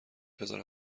بزار